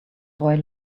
boy